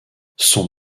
son